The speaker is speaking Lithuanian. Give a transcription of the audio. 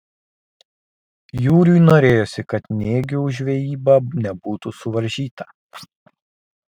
jūriui norėjosi kad nėgių žvejyba nebūtų suvaržyta